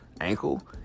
ankle